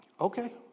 Okay